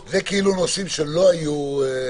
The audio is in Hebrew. בהנחה שזה מקובל על הוועדה,